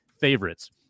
favorites